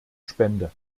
spende